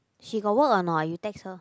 she got work or not you text her